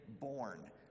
born